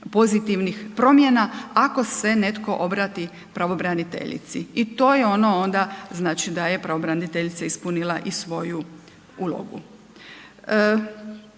pozitivnih promjena, ako se netko obrati pravobraniteljici. I to je ono onda znači da je pravobraniteljica ispunila i svoju ulogu.